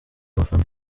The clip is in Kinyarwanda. abafana